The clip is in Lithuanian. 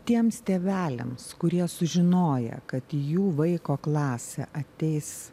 tiems tėveliams kurie sužinoję kad jų vaiko klasę ateis